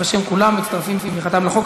ברוך השם, כולם מצטרפים לתמיכה בחוק.